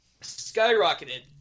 skyrocketed